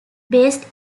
based